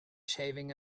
shaving